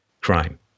crime